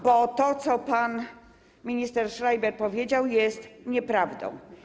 Bo to, co pan minister Schreiber powiedział, jest nieprawdą.